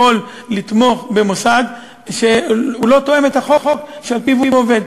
לתמוך במוסד שלא תואם את החוק שעל-פיו הוא עובד.